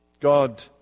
God